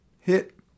hit